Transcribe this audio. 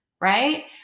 right